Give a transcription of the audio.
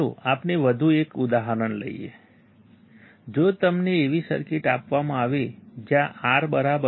ચાલો આપણે વધુ એક ઉદાહરણ લઈએ જો તમને એવી સર્કિટ આપવામાં આવે જ્યાં R3